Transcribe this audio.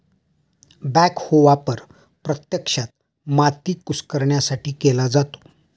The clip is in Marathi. बॅकहो वापर प्रत्यक्षात माती कुस्करण्यासाठी केला जातो